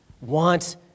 want